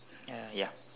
uh ya